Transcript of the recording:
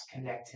connectivity